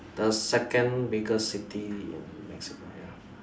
the second biggest city in Mexico ya